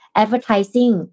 advertising